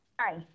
Hi